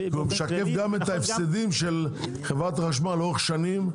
הוא משקף גם את ההפסדים של חברת החשמל לאורך שנים,